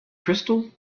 crystal